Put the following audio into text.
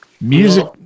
Music